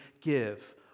give